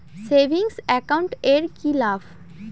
Savings account এর কি লাভ?